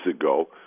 ago